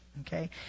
okay